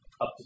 up